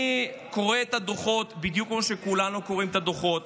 אני קורא את הדוחות בדיוק כמו שכולנו קוראים את הדוחות.